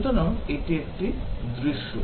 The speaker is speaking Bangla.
সুতরাং এটি একটি দৃশ্য